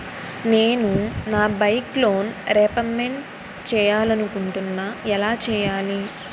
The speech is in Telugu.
నేను నా బైక్ లోన్ రేపమెంట్ చేయాలనుకుంటున్నా ఎలా చేయాలి?